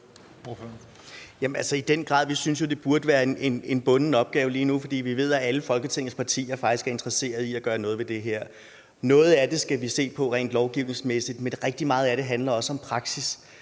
det burde være en bunden opgave lige nu, for vi ved, at alle Folketingets partier faktisk er interesseret i at gøre noget ved det her. Noget af det skal man se på rent lovgivningsmæssigt, men meget af det handler også om praksis.